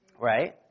right